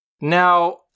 Now